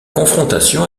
confrontation